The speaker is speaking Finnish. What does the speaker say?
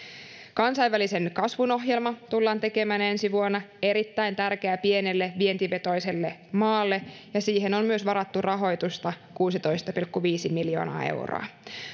kansainvälisen kasvun ohjelma tullaan tekemään ensi vuonna se on erittäin tärkeä pienelle vientivetoiselle maalle siihen on myös varattu rahoitusta kuusitoista pilkku viisi miljoonaa euroa